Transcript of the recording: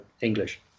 english